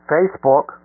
Facebook